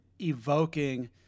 evoking